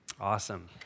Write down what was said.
Awesome